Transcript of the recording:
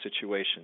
situation